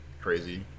crazy